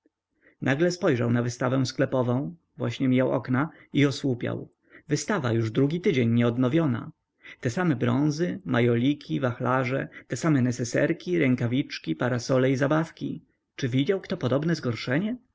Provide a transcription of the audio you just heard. nagle spojrzał na wystawę sklepową właśnie mijał okna i osłupiał wystawa już drugi tydzień nie odnowiona te same bronzy majoliki wachlarze te same neseserki rękawiczki parasole i zabawki czy widział kto podobne zgorszenie